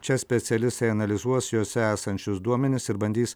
čia specialistai analizuos jose esančius duomenis ir bandys